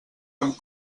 amb